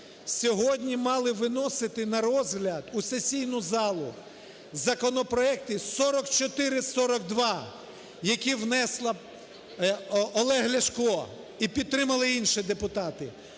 сьогодні мали виносити на розгляд у сесійну залу законопроекти 4442, які внесла… Олег Ляшко і підтримали інші депутати,